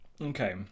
Okay